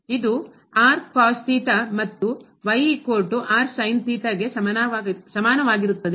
ಇದು ಮತ್ತು ಗೆ ಸಮಾನವಾಗಿರುತ್ತದೆ